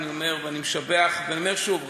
אני אומר ואני משבח ואני אומר שוב.